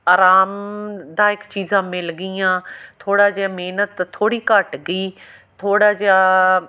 ਆਰਾਮਦਾਇਕ ਚੀਜ਼ਾਂ ਮਿਲ ਗਈਆਂ ਥੋੜ੍ਹਾ ਜਿਹਾ ਮਿਹਨਤ ਥੋੜ੍ਹੀ ਘੱਟ ਗਈ ਥੋੜ੍ਹਾ ਜਿਹਾ